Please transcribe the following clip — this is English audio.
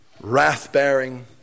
wrath-bearing